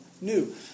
new